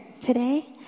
today